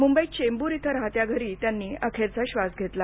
मुंबईत चेंब्र इथं राहत्या घरी त्यांनी अखेरचा श्वास घेतला